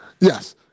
Yes